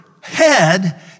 head